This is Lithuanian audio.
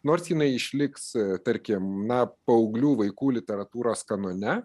nors jinai išliks tarkim na paauglių vaikų literatūros kanone